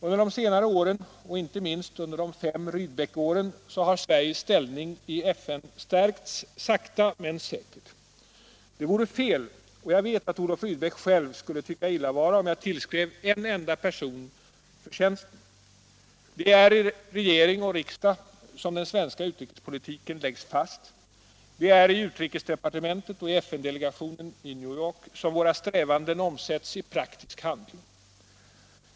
Under de senare åren och inte minst under de fem Rydbeck-åren har Sveriges ställning i FN stärkts sakta men säkert. Det vore fel — och jag vet att Olof Rydbeck själv skulle tycka illa vara — om jag tillskrev en enda person förtjänsten. Det är i regering och riksdag som den svenska utrikespolitiken läggs fast. Det är i utrikesdepartementet och i FN-delegationen i New York som våra strävanden omsätts i praktisk handling.